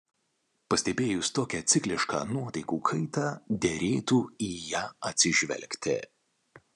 pastebėjus tokią ciklišką nuotaikų kaitą derėtų į ją atsižvelgti